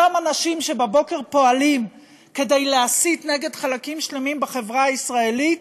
אותם אנשים שבבוקר פועלים כדי להסית נגד חלקים שלמים בחברה הישראלית,